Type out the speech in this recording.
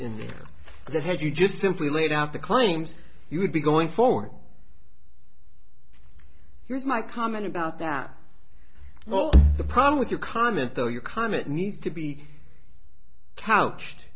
the head you just simply laid out the claims you would be going forward here's my comment about that well the problem with your comment though your comment needs to be couched